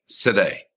today